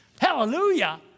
Hallelujah